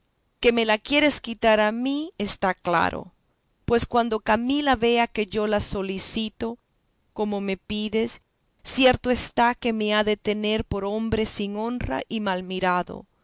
que me la quieres quitar a mí está claro pues cuando camila vea que yo la solicito como me pides cierto está que me ha de tener por hombre sin honra y mal mirado